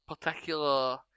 particular